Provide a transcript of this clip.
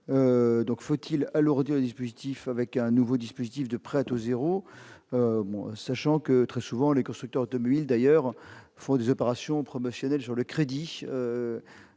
donc, faut-il le redire dispositif avec un nouveau dispositif de prêt à taux 0, sachant que très souvent, les constructeurs automobiles d'ailleurs faut des opérations promotionnelles sur le crédit